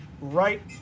right